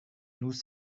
nous